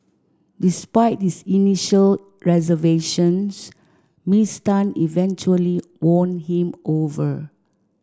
despite his initial reservations Miss Tan eventually won him over